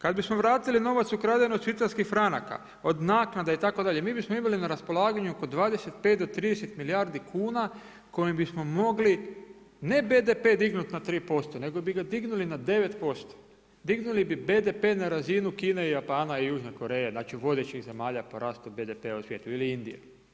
Kada bismo vratili novac ukraden od švicarskih franaka, od naknada itd., mi bismo imali na raspolaganju oko 25 do 30 milijardi kuna kojima bismo mogli ne BDP dignuti na 3% nego bi ga dignuli na 9%, dignuli bi BDP na razinu Kine i Japana i Južne Koreje, znači vodećih zemalja po rastu BDP-a u svijetu ili Indije.